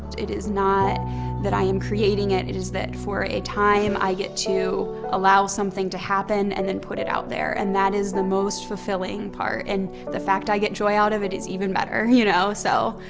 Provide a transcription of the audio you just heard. it is not that i am creating it. it is that for a time, i get to allow something to happen and then put it out there. and that is the most fulfilling part and the fact i get joy out of it is even better, you know. so,